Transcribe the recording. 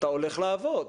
אתה הולך לעבוד.